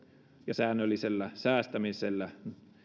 säännöllisellä säästämisellä